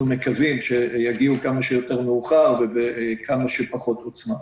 מקווים כמה שיותר מאוחר ובכמה שפחות עוצמה.